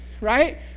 right